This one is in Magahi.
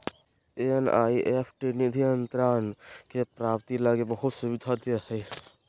एन.ई.एफ.टी निधि अंतरण के प्राप्ति लगी बहुत सुविधा दे हइ